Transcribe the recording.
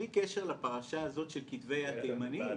בלי קשר לפרשה הזאת של כתבי יד תימניים,